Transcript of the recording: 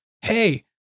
Hey